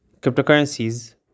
Cryptocurrencies